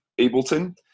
ableton